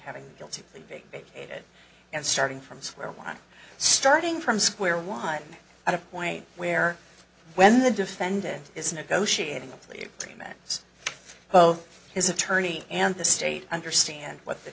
having guilty plea vague vacated and starting from square one starting from square one at a point where when the defendant is negotiating a plea agreements both his attorney and the state understand what the